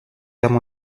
guerre